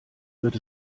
wird